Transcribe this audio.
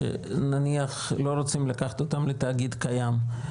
שנניח לא רוצים לקחת אותם לתאגיד קיים,